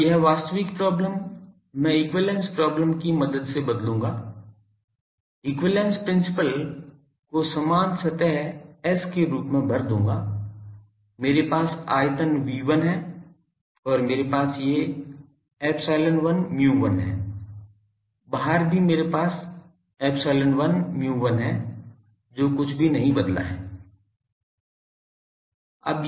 अब यह वास्तविक प्रॉब्लम मैं इक्विवैलेन्स प्रॉब्लम की मदद से बदलूंगा इक्विवैलेन्स प्रिंसिपल को समान सतह S के रूप में भर दूंगा मेरे पास आयतन V1 है और मेरे पास ये ε1 μ1 हैं बाहर भी मेरे पास ε1 μ1 है जो कुछ भी नहीं बदला है